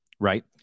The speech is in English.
Right